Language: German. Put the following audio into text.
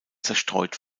zerstreut